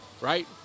right